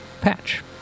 patch